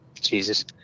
jesus